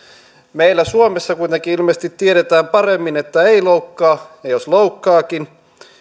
meillä suomessa kuitenkin ilmeisesti tiedetään paremmin että ei loukkaa ja jos loukkaakin